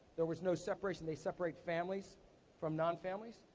there was no separation. they separate families from non-families,